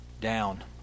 down